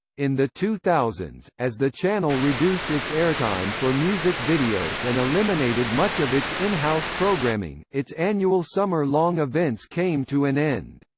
in the two thousand s, as the channel reduced its airtime for music videos and eliminated much of its in-house programming, its annual summer-long events came to an end.